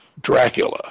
Dracula